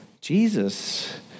Jesus